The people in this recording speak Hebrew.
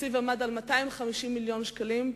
התקציב עמד על 250 מיליון שקלים,